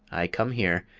i come here,